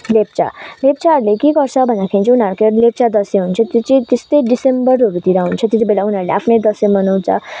लेप्चा लेप्चाहरूले के गर्छ भन्दाखेरि चाहिँ उनीहरूको अब लेप्चा दसैँ हुन्छ त्यो चाहिँ त्यस्तै डिसेम्बरहरूतिर हुन्छ त्यति बेला उनीहरूले आफ्नै दसैँ मनाउँछ